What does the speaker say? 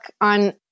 on